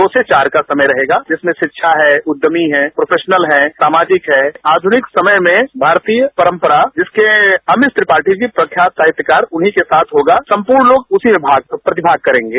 दो से चार का समय रहेगा इसमें शिक्षा है उद्यमि है प्रोफेशनल है सामाजिक है आधनिक समय में भारतीय परम्परा जिनके अमित त्रिपाठी जी प्रख्यात साहित्यकार उन्हीं के साथ होगा सम्पूर्ण लोग उसी में भग प्रतिभग करेंगे